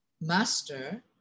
master